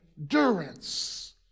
endurance